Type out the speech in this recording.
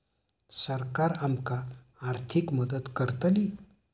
सरकार आमका आर्थिक मदत करतली?